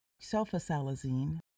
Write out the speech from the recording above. sulfasalazine